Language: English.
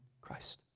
Christ